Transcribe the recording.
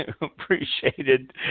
appreciated